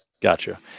Gotcha